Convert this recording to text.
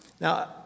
Now